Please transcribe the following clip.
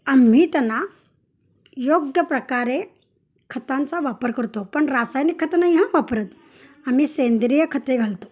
आम्ही त्यांना योग्य प्रकारे खतांचा वापर करतो पण रासायनिक खत नाही हं वापरत आम्ही सेंद्रिय खते घालतो